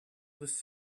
this